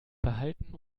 behalten